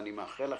אני מאחל לכם,